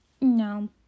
No